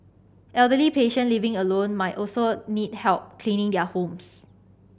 elderly patient living alone might also need help cleaning their homes